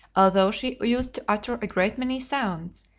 although she used to utter a great many sounds,